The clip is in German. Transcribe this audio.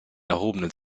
erhobenen